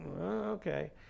okay